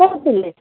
କେଉଁଠି ଥିଲେ